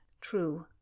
True